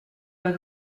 pas